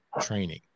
training